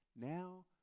now